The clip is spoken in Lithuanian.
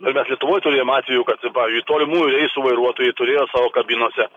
ir mes lietuvoj turėjom atvejų kad pavyzdžiui tolimųjų reisų vairuotojai turėjo savo kabinose